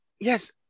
Yes